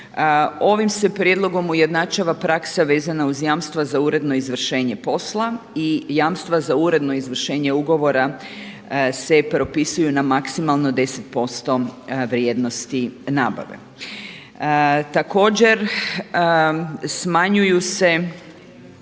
za uredno izvršenje posla i jamstva za uredno izvršenje posla i jamstva za uredno izvršenje ugovora se propisuju na maksimalno 10% vrijednosti nabave. Također smanjuju se